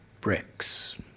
bricks